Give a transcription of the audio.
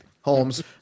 Holmes